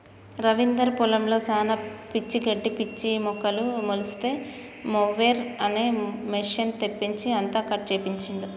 రవీందర్ పొలంలో శానా పిచ్చి గడ్డి పిచ్చి మొక్కలు మొలిస్తే మొవెర్ అనే మెషిన్ తెప్పించి అంతా కట్ చేపించిండు